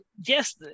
yes